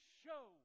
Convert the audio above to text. show